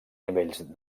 nivells